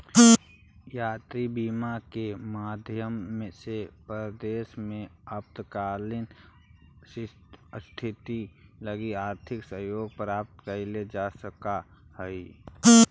यात्री बीमा के माध्यम से परदेस में आपातकालीन स्थिति लगी आर्थिक सहयोग प्राप्त कैइल जा सकऽ हई